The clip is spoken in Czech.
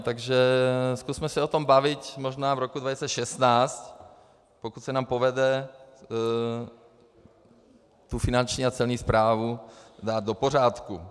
Takže zkusme se o tom bavit možná v roce 2016, pokud se nám povede tu finanční a celní správu dát do pořádku.